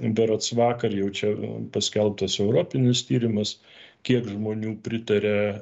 berods vakar jau čia paskelbtas europinis tyrimas kiek žmonių pritaria